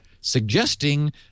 suggesting